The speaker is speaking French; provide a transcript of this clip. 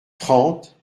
trente